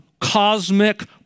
cosmic